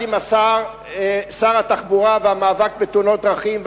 עם שר התחבורה במאבק בתאונות דרכים.